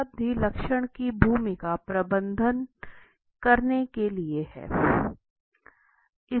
उपलब्धि लक्षण की भूमिका प्रबंधन करने के लिए है